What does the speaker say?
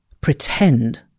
pretend